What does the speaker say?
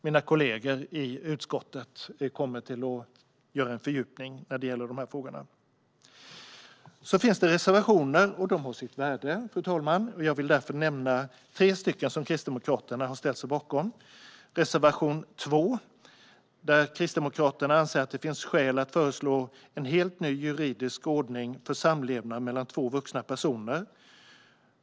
Mina kollegor i utskottet kommer att göra en fördjupning av dessa frågor. Så finns det reservationer, och de har sitt värde, fru talman. Jag vill därför nämna tre reservationer som Kristdemokraterna har ställt sig bakom. I reservation 2 säger Kristdemokraterna att det finns skäl att föreslå en helt ny juridisk ordning för samlevnad mellan två vuxna personer.